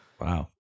Wow